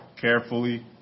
carefully